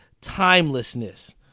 timelessness